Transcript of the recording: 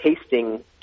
tasting